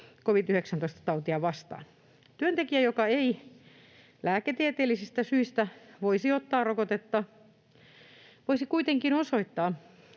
covid-19-tautia vastaan. Työntekijä, joka ei lääketieteellisistä syistä voisi ottaa rokotetta, voisi kuitenkin osoittaa